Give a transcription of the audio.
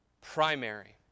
primary